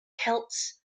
celts